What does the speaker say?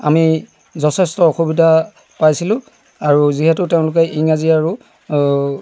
আমি যথেষ্ট অসুবিধা পাইছিলোঁ আৰু যিহেতু তেওঁলোকে ইংৰাজী আৰু